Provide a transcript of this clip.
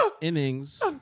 innings